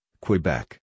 Quebec